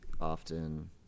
often